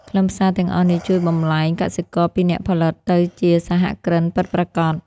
ខ្លឹមសារទាំងអស់នេះជួយបំប្លែងកសិករពីអ្នកផលិតទៅជាសហគ្រិនពិតប្រាកដ។